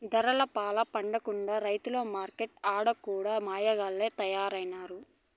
దళార్లపాల పడకుండా రైతు మార్కెట్లంటిరి ఆడ కూడా మాయగాల్లె తయారైనారు